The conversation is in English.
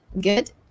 good